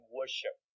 worship